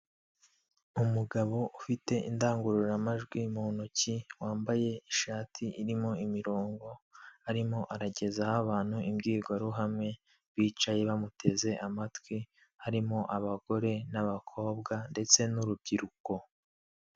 Umugabo ufite indangururamajwi mu ntoki, wambaye ishati irimo imirongo arimo, aragezaho abantu imbwirwaruhame bicaye bamuteze amatwi, harimo abagore n'abakobwa ndetse n'urubyiruko.